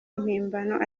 impimbano